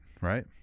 right